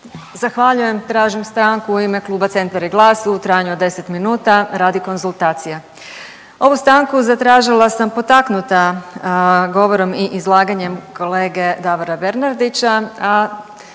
Zahvaljujem. Tražim stanku u ime Kluba zastupnika Centra i GLAS-a u trajanju od 10 minuta radi konzultacija. Ovu stanku zatražila sam potaknuta govorom i izlaganjem kolege Davora Bernardića,